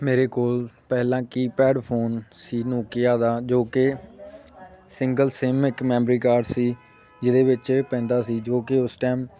ਮੇਰੇ ਕੋਲ ਪਹਿਲਾਂ ਕੀਪੈਡ ਫ਼ੋਨ ਸੀ ਨੋਕੀਆ ਦਾ ਜੋ ਕਿ ਸਿੰਗਲ ਸਿਮ ਇੱਕ ਮੈਂਬਰੀ ਕਾਰਡ ਸੀ ਜਿਹਦੇ ਵਿੱਚ ਪੈਂਦਾ ਸੀ ਜੋ ਕਿ ਉਸ ਟਾਈਮ